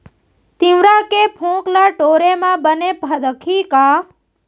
तिंवरा के फोंक ल टोरे म बने फदकही का?